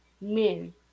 men